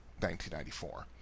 1994